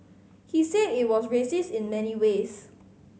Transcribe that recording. he said it was racist in many ways